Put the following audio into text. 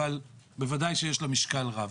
אבל בוודאי שיש לה משקל רב.